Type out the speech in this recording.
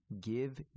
give